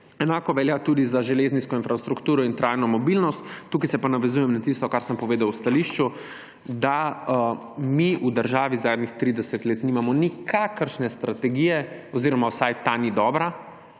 enako velja tudi za železniško infrastrukturo ter trajno mobilnost. Tu se pa navezujem na tisto, kar sem povedal v stališču, da v državi zadnjih 30 let nimamo nikakršne strategije oziroma vsaj ta ni dobra,